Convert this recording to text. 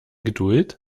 geduld